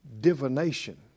divination